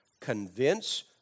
Convince